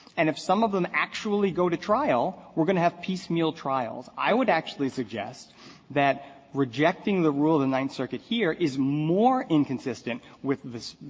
and if some of them actually go to trial, we're going to have piecemeal trials. i would actually suggest that rejecting the rule of the ninth circuit here is more inconsistent with this